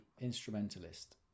Instrumentalist